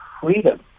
freedom